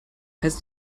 heißt